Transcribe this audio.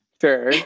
Sure